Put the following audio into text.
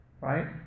right